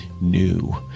new